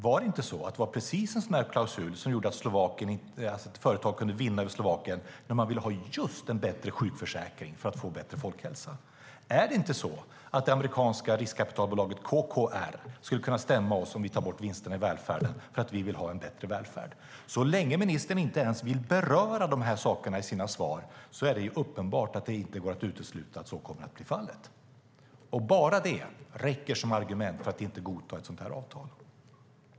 Var det inte precis en sådan klausul som gjorde att ett företag kunde vinna över Slovakien när den staten ville ha just en bättre sjukförsäkring för att få bättre folkhälsa? Är det inte så att det amerikanska riskkapitalbolaget KKR skulle kunna stämma oss om vi tar bort vinsterna i välfärden för att vi vill ha en bättre välfärd? Så länge ministern inte ens vill beröra de här sakerna i sina svar är det uppenbart att det inte går att utesluta att så kommer att bli fallet. Bara det räcker som argument för att inte godta ett sådant här avtal.